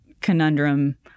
conundrum